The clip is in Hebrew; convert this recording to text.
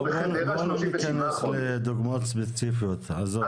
בוא לא ניתן דוגמאות ספציפיות, עזוב.